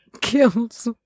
kills